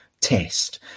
test